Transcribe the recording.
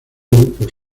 por